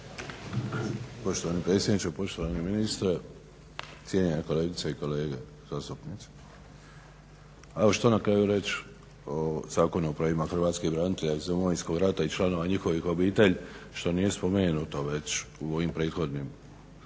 Poštovani predsjedniče, poštovani ministre, cijenjene kolegice i kolege zastupnici. A što na kraju reći o Zakonu o pravima hrvatskih branitelja iz Domovinskog rata i članova njihovih obitelji što nije spomenuto već u ovim prethodnim